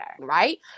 right